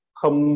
không